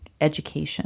education